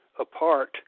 apart